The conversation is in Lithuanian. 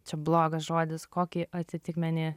čia blogas žodis kokį atitikmenį